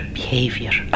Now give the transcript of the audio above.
behavior